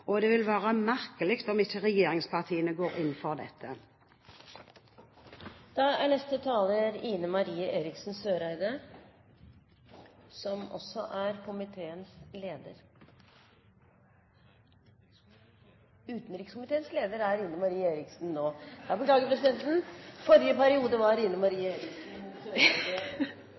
og det vil være merkelig om ikke regjeringspartiene går inn for dette. Neste taler er Ine M. Eriksen Søreide, som også er komiteens leder. Presidenten beklager, Ine M. Eriksen Søreide er leder for utenrikskomiteen nå. I forrige periode var